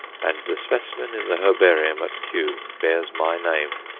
and the specimen in the herbarium at kew bears my name.